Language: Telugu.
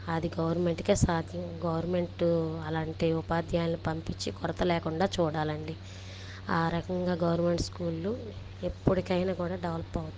అది గవర్నమెంట్కే సాధ్యం గవర్నమెంటు అలాంటి ఉపాధ్యాయులని పంపించి కొరత లేకుండా చూడాలండి ఆ రకంగా గవర్నమెంట్ స్కూళ్ళు ఎప్పటికైనా కూడా డెవలప్ అవ్